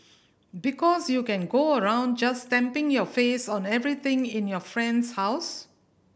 because you can go around just stamping your face on everything in your friend's house